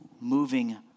moving